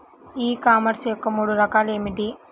ఈ కామర్స్ యొక్క మూడు రకాలు ఏమిటి?